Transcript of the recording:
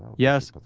yes.